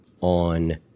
on